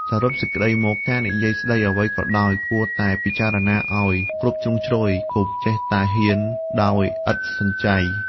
សរុបសេចក្ដីមក ការនិយាយស្ដីអ្វីក៏ដោយ គួរតែពិចារណាឱ្យគ្រប់ជ្រុងជ្រោយ កុំចេះតែហ៊ានដោយឥតសំចៃ។